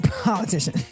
politician